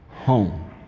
Home